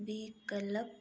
विकल्प